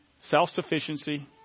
self-sufficiency